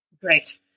Great